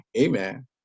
Amen